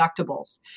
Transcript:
deductibles